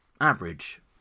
average